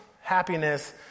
happiness